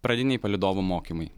pradiniai palydovų mokymai